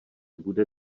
bude